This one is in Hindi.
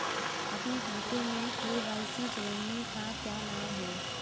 अपने खाते में के.वाई.सी जोड़ने का क्या लाभ है?